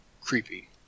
creepy